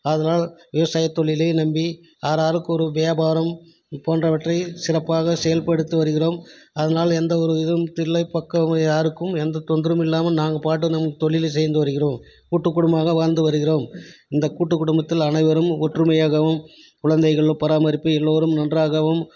அதனால் விவசாயத் தொழிலை நம்பி ஆளாளுக்கு ஒரு வியாபாரம் போன்றவற்றை சிறப்பாக செயல்படுத்தி வருகிறோம் அதனால் எந்த ஒரு இதுவும் இல்லை பக்கம் யாருக்கும் எந்த தொந்தரவும் இல்லாமல் நாங்கள் பாட்டு நம்ம தொழிலை செய்து வருகிறோம் கூட்டு குடும்பமாக வாழ்ந்து வருகிறோம் இந்த கூட்டு குடும்பத்தில் அனைவரும் ஒற்றுமையாகவும் குழந்தைகள் பராமரிப்பு எல்லோரும் நன்றாகவும்